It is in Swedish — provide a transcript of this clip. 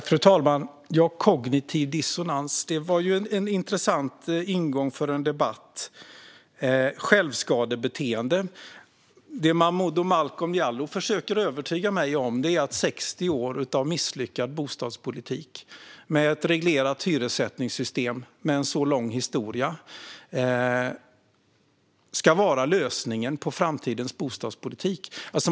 Fru talman! Kognitiv dissonans, säger Momodou Malcolm Jallow. Det var en intressant ingång för en debatt. Självskadebeteende, säger han. Det Momodou Malcolm Jallow försöker övertyga mig om är att 60 år av misslyckad bostadspolitik med ett reglerat hyressättningssystem ska vara lösningen på framtidens bostadspolitik.